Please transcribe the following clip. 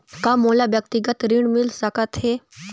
का मोला व्यक्तिगत ऋण मिल सकत हे?